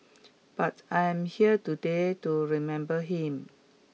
but I'm here today to remember him